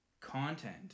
content